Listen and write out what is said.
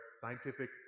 scientific